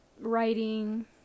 writing